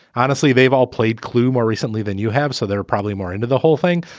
honestly, they've all played clue more recently than you have. so they're probably more into the whole thing.